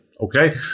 okay